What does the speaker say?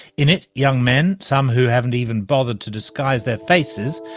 in it young men, some who haven't even bothered to disguise their faces,